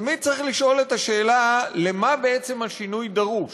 תמיד צריך לשאול את השאלה: למה בעצם השינוי דרוש?